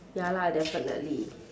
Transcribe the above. ya lah definitely